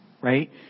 right